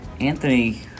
Anthony